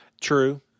True